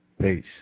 Peace